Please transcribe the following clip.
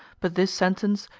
but this sentence,